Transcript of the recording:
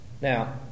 Now